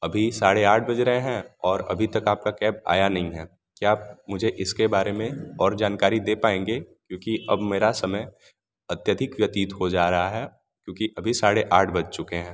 अभी साढ़े आठ बज रहे हैं और अभी तक आपका कैब आया नहीं है क्या आप मुझे इसके बारे में और जानकारी दे पाएँगे क्योंकि अब मेरा समय अत्यधिक व्यतित हो जा रहा है क्योंकि अभी साढ़े आठ बज चुके हैं